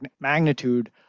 magnitude